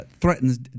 threatens